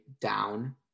down